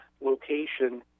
location